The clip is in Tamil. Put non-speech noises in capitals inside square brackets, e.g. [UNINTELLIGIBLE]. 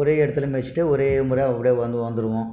ஒரே இடத்துல மேய்த்திட்டு ஒரே முறை [UNINTELLIGIBLE] அப்படியே வந்து வந்துடுவோம்